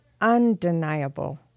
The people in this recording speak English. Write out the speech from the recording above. undeniable